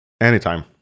anytime